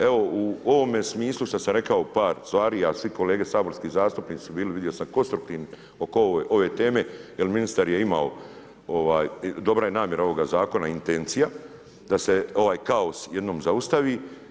Evo u ovome smislu što sam rekao par stvari, a svi kolege saborski zastupnici su bili vidio sam konstruktivni oko ove teme jer ministar je imao, dobra je namjera ovoga zakona i intencija da se ovaj kaos jednom zaustavi.